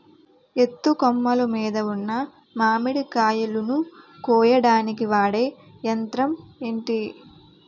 ఎత్తు కొమ్మలు మీద ఉన్న మామిడికాయలును కోయడానికి వాడే యంత్రం ఎంటి?